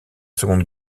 seconde